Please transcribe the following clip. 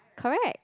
correct